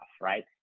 right